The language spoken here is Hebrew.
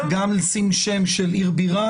לשים שם של עיר בירה,